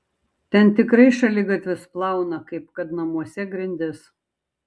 ten tikrai šaligatvius plauna kaip kad namuose grindis